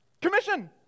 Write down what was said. commission